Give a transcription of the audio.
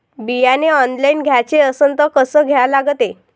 बियाने ऑनलाइन घ्याचे असन त कसं घ्या लागते?